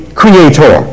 creator